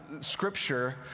Scripture